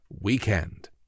weekend